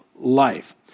life